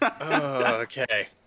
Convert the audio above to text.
Okay